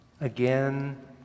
Again